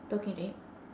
talking to him